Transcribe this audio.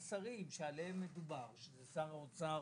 שבתוכה שר האוצר